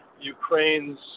Ukraine's